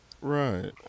Right